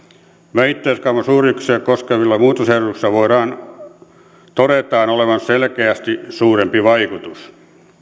vähittäiskaupan suuryksikköjä koskevilla muutosehdotuksilla todetaan olevan selkeästi suurempi vaikutus